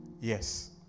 Yes